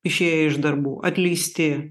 išėję iš darbų atleisti